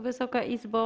Wysoka Izbo!